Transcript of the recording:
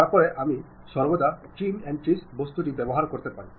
তারপরে আমি সর্বদা ট্রিম এনটিটিএস বস্তুটি ব্যবহার করতে পারি